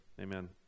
amen